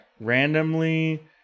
randomly